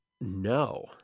No